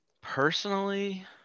personally